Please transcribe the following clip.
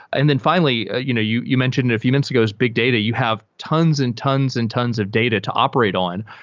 and finally, you know you you mentioned a few minutes ago, big data, you have tons and tons and tons of data to operate on,